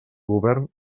govern